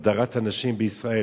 הדרת הנשים בישראל.